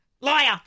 Liar